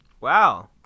Wow